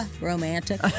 romantic